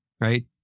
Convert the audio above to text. right